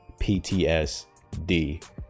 PTSD